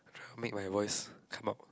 make my voice come out